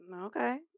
Okay